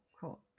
cool